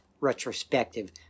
retrospective